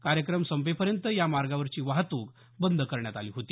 कार्यक्रम संपेपर्यंत या मार्गावरची वाहतूक बंद करण्यात आली होती